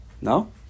No